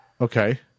okay